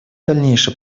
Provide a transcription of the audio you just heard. дальнейший